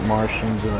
Martians